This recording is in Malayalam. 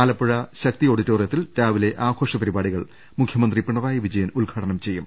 ആലപ്പുഴ ശക്തി ഓഡിറ്റോറിയത്തിൽ രാവിലെ ആഘോഷ പരിപാടികൾ മുഖ്യമന്ത്രി പിണറായി വിജയൻ ഉദ്ഘാടനം ചെയ്യും